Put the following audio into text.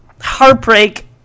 heartbreak